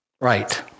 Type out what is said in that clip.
Right